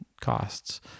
costs